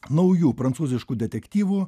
naujų prancūziškų detektyvų